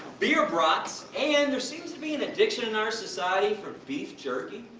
beer brats, and. there seems to be an addiction in our society for beef jerky?